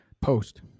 post